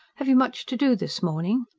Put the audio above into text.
have you much to do this morning?